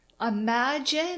Imagine